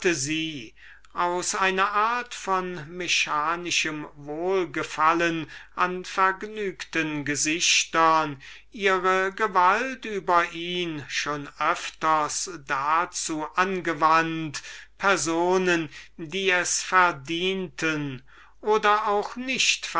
aus einer art von mechanischer neigung vergnügte gesichter zu sehen ihre gewalt über sein herz schon mehrmalen dazu verwandt leuten die es verdienten oder auch nicht